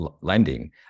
lending